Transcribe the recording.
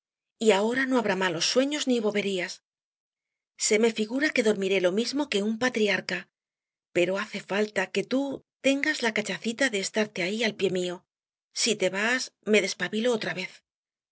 y ahora no habrá malos sueños ni boberías se me figura que dormiré lo mismo que un patriarca pero hace falta que tú tengas la cachacita de estarte ahí al pié mío si te vas me despavilo otra vez